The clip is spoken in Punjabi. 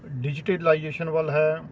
ਡਿਜੀਟੇਲਾਈਜੇਸ਼ਨ ਵੱਲ ਹੈ